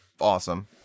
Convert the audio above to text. awesome